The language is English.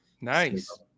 Nice